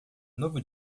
novo